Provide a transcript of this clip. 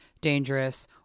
dangerous